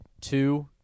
two